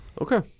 Okay